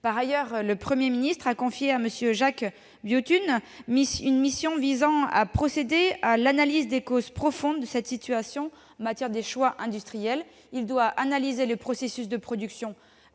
Par ailleurs, le Premier ministre a confié à M. Jacques Biot une mission visant à procéder à l'analyse des causes profondes de cette situation en matière de choix industriels. Il doit analyser les processus de production et